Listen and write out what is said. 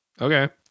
Okay